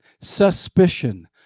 suspicion